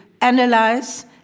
analyze